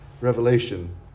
revelation